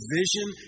vision